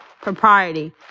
propriety